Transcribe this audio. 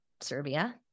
Serbia